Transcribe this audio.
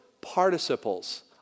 participles